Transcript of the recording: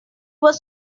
was